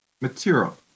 material